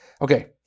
Okay